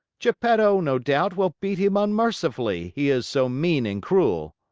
geppetto, no doubt, will beat him unmercifully, he is so mean and cruel!